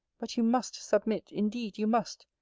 but you must submit indeed you must.